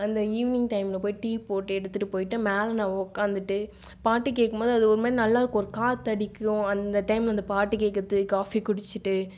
அந்த ஈவ்னிங் டைமில் போயி டீ போட்டு எடுத்துட்டு போயிட்டு மேலே நான் உக்காந்துட்டு பாட்டு கேட்கும் போது ஒருமாதிரி நல்லா இருக்கும் ஒரு காற்றடிக்கும் அந்த டைம் அந்த பாட்டு கேட்கறது காபி குடிச்சிட்டு